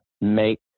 make